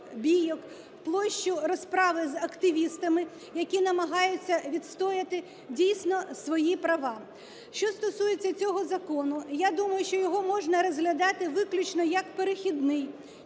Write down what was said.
площу розправи з активістами, які намагаються відстояти дійсно свої права. Що стосується цього закону, я думаю, що його можна розглядати виключно як перехідний.